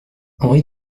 henri